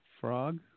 Frog